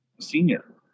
senior